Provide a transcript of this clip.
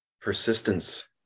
persistence